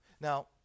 Now